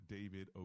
David